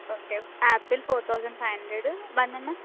okay apple four thousand five hundred banana